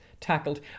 tackled